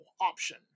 option